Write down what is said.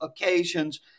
occasions